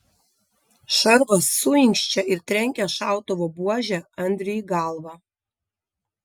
šarvas suinkščia ir trenkia šautuvo buože andriui į galvą